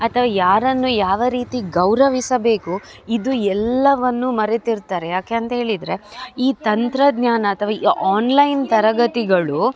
ಅಥವಾ ಯಾರನ್ನು ಯಾವ ರೀತಿ ಗೌರವಿಸಬೇಕು ಇದು ಎಲ್ಲವನ್ನೂ ಮರೆತಿರುತ್ತಾರೆ ಯಾಕೆ ಅಂತ ಹೇಳಿದರೆ ಈ ತಂತ್ರಜ್ಞಾನ ಅಥವಾ ಈ ಆನ್ಲೈನ್ ತರಗತಿಗಳು